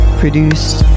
produced